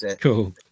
Cool